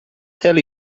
tell